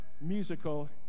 musical